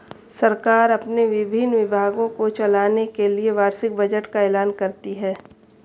सरकार अपने विभिन्न विभागों को चलाने के लिए वार्षिक बजट का ऐलान करती है